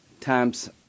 times